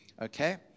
Okay